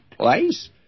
place